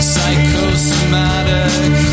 Psychosomatic